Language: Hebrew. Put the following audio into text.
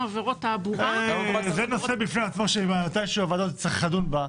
גם עבירות תעבורה --- זה נושא שהוועדה תצטרך מתישהו לדון בו.